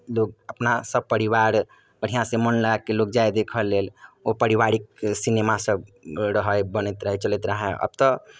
लोक अपना सभपरिवार बढ़िआँसँ मोन लगा कऽ लोक जाय देखय लेल ओ पारिवारिक सिनेमासभ रहय बनैत रहय चलैत रहय आब तऽ